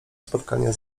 spotkania